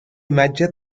imatge